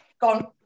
gone